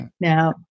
Now